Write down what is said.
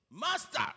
Master